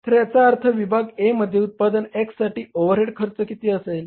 तर याचा अर्थ विभाग A मध्ये उत्पादन X साठी ओव्हरहेड खर्च किती असेल